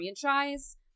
franchise